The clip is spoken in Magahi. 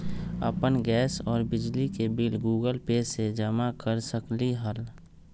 अपन गैस और बिजली के बिल गूगल पे से जमा कर सकलीहल?